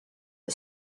撤销